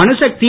அணுசக்தி